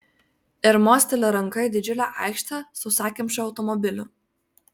ir mosteli ranka į didžiulę aikštę sausakimšą automobilių